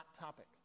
topic